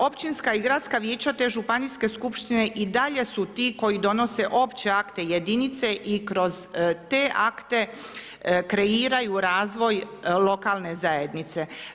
Općinska i gradska vijeća, te županijske skupštine i dalje su ti koji donose opće akte jedinice i kroz te akte kreiraju razvoj lokalne zajednice.